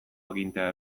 agintea